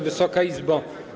Wysoka Izbo!